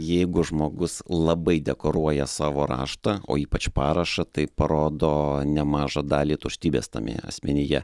jeigu žmogus labai dekoruoja savo raštą o ypač parašą tai parodo nemažą dalį tuštybės tame asmenyje